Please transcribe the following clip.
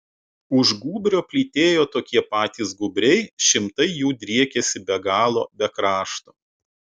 už gūbrio plytėjo tokie patys gūbriai šimtai jų driekėsi be galo be krašto